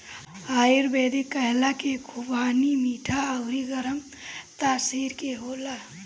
आयुर्वेद कहेला की खुबानी मीठा अउरी गरम तासीर के होला